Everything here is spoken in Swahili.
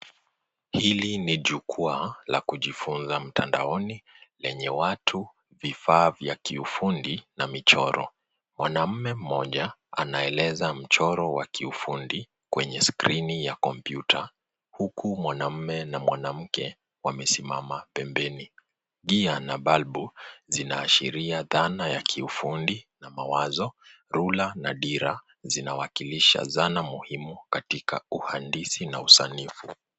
Hili ni jukwaa la kujifunza mtandanoni lenye watu, vifaa vya kiufundi na michoro. Mwanaume mmoja anaeleza mchoro wa kiufundi kwenye skrini ya kompyuta, huku mwanaume na mwanamke wamesimama pembeni. Gia na balbu zinaashiria zana ya kiufundi na mawazo, Rula na dira zinawakilisha zana muhimu katika uhandisi na usanifu.